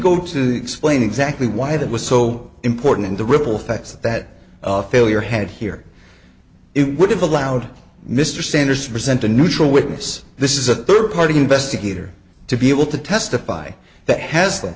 go to explain exactly why that was so important in the ripple effects that failure had here it would have allowed mr sanderson present a neutral witness this is a third party investigator to be able to testify that has